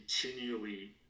continually